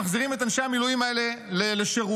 מחזירים את אנשי המילואים האלה לשירות,